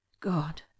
God